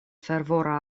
fervora